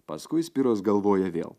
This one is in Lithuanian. paskui spiros galvoja vėl